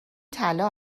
طلا